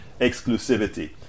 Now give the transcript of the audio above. exclusivity